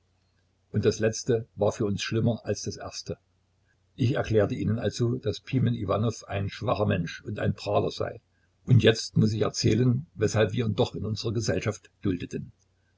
und das letzte war für uns schlimmer als das erste ich erklärte ihnen eben daß pimen iwanow ein schwacher mensch und ein prahler war und jetzt muß ich erklären weshalb wir ihn doch in unserer gesellschaft duldeten